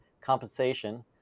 compensation